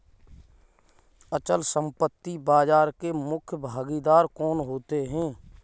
अचल संपत्ति बाजार के मुख्य भागीदार कौन होते हैं?